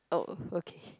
oh okay